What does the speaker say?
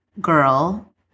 girl